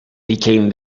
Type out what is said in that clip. became